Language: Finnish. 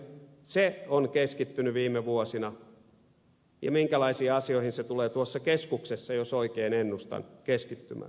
minkälaisiin asioihin se on keskittynyt viime vuosina ja minkälaisiin asioihin se tulee tuossa keskuksessa jos oikein ennustan keskittymään